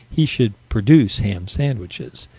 he should produce ham sandwiches.